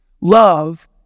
Love